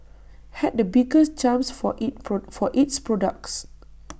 had the biggest jumps for IT for its products